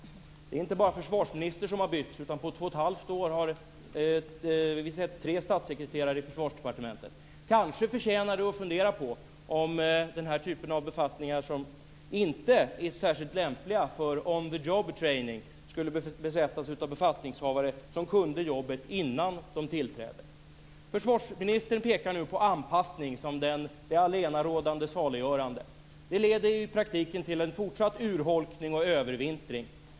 Det är inte bara försvarsministern som har bytts, utan på två och ett halvt år har vi sett tre statssekreterare i Försvarsdepartementet. Kanske förtjänar det att fundera på om den här typen av befattningar, som inte är särskilt lämpliga för on the job training, skulle besättas av befattningshavare som kunde jobbet innan de tillträdde. Försvarsministern pekar nu på anpassning som det allenarådande saliggörande. Det leder i praktiken till en fortsatt urholkning och övervintring.